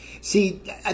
See